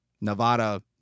Nevada